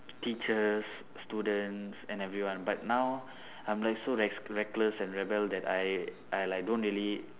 teachers students and everyone but now I'm like so rest reckless and rebel that I I like don't really